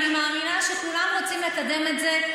אני מאמינה שכולם רוצים לקדם את זה.